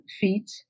feet